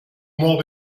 molt